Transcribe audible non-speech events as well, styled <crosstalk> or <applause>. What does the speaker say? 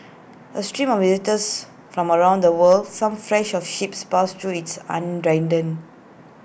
A stream of visitors from around the world some fresh off ships passed through it's on <unintelligible>